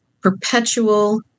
Perpetual